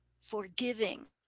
forgiving